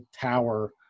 tower